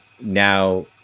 now